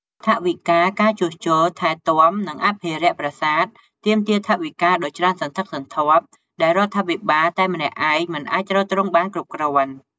ថវិកា ការជួសជុល ថែទាំ និងអភិរក្សប្រាសាទទាមទារថវិកាដ៏ច្រើនសន្ធឹកសន្ធាប់ ដែលរដ្ឋាភិបាលតែម្នាក់ឯងមិនអាចទ្រទ្រង់បានគ្រប់គ្រាន់។